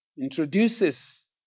introduces